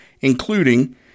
including